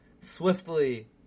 swiftly